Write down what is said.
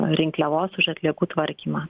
rinkliavos už atliekų tvarkymą